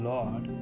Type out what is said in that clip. Lord